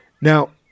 Now